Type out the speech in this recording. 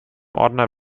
ordner